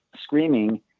screaming